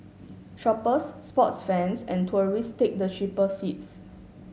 shoppers sports fans and tourists take the cheaper seats